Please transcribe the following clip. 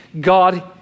God